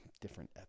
different